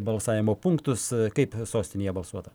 balsavimo punktus kaip sostinėje balsuota